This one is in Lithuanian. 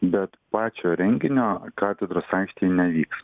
bet pačio renginio katedros aikštėj nevyks